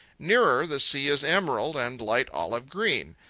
nearer, the sea is emerald and light olive-green.